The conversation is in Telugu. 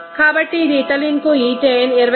కాబట్టి ఇది ఇథిలీన్కు ఈథేన్ 28